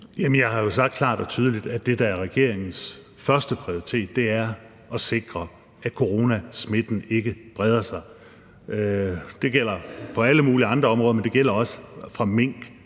Jeg har jo sagt klart og tydeligt, at det, der er regeringens førsteprioritet, er at sikre, at coronasmitten ikke breder sig. Det gælder på alle mulige andre områder, men det gælder også fra mink